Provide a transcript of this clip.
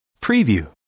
Preview